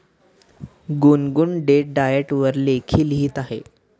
गुनगुन date diet वर लेख लिहित आहे